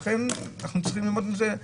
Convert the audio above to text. לכן צריכים ללמוד מזה,